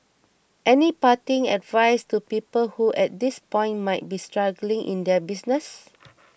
any parting advice to people who at this point might be struggling in their business